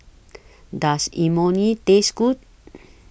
Does Imoni Taste Good